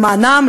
למענם,